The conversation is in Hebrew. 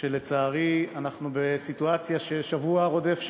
שלצערי אנחנו בסיטואציה ששבוע רודף שבוע,